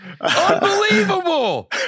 Unbelievable